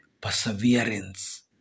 Perseverance